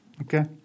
Okay